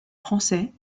français